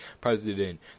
president